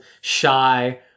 shy